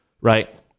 Right